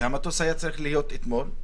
המטוס היה צריך להיות אתמול,